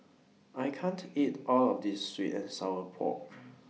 I can't eat All of This Sweet and Sour Pork